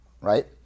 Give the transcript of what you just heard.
Right